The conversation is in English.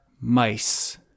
mice